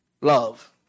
love